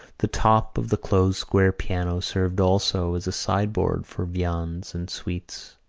the top of the closed square piano served also as a sideboard for viands and sweets.